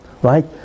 Right